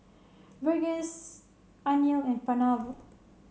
Verghese Anil and Pranav